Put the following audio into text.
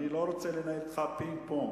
אני לא רוצה לנהל אתך פינג-פונג.